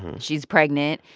she's pregnant.